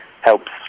helps